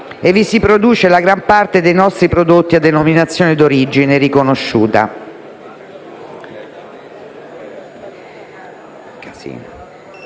e vi si produce la gran parte dei nostri prodotti a denominazione d'origine riconosciuta.